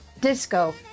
disco